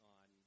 on